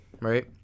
right